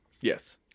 Yes